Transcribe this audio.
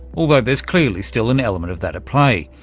although there's clearly still an element of that at play,